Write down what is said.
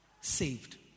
saved